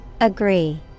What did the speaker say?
agree